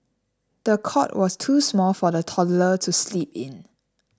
the cot was too small for the toddler to sleep in